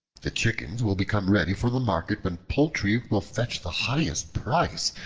the chickens will become ready for the market when poultry will fetch the highest price,